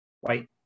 white